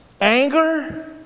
anger